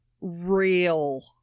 real